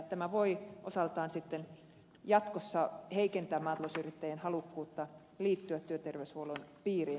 tämä voi osaltaan jatkossa heikentää maatalousyrittäjien halukkuutta liittyä työterveyshuollon piiriin